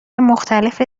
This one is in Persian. مختلف